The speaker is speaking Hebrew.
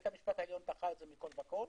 בית המשפט העליון דחה את זה מכל וכל,